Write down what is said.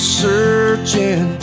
searching